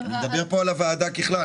אני מדבר פה על הוועדה ככלל,